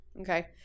Okay